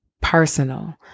personal